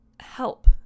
help